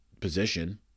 position